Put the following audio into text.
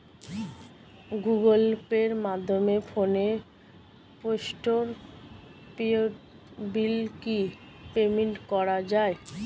Google পের মাধ্যমে ফোনের পোষ্টপেইড বিল কি পেমেন্ট করা যায়?